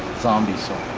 zombies so